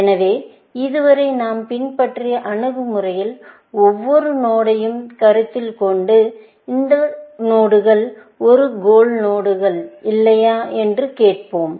எனவே இதுவரை நாம் பின்பற்றிய அணுகுமுறையில் ஒவ்வொரு நோடுயையும் கருத்தில் கொண்டு இந்த நோடுகள் ஒரு கோல் நோடுகள் இல்லையா என்று கேட்போம்